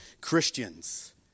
Christians